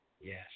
Yes